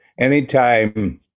anytime